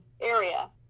area